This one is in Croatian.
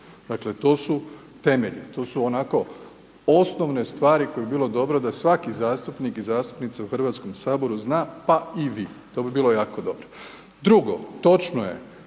Dakle to su temelji, to su onako osnovne stvari koje bi bilo dobro da svaki zastupnik i zastupnica u Hrvatskom saboru pa i vi, to bi bilo jako dobro. Drugo, točno je